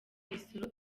imisoro